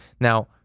Now